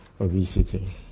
obesity